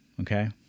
okay